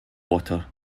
water